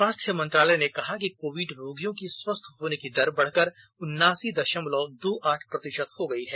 स्वास्थ्य मंत्रालय ने कहा है कि कोविड रोगियों की स्वस्थ होने की दर बढ़कर उन्नासी दशमलव दो आठ प्रतिशत हो गई है